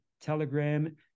telegram